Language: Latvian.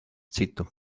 citu